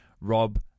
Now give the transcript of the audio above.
Rob